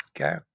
okay